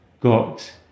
got